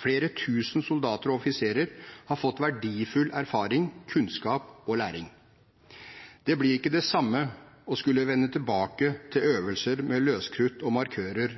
Flere tusen soldater og offiserer har fått verdifull erfaring, kunnskap og læring. Det blir ikke det samme å skulle vende tilbake til øvelser med løskrutt og markører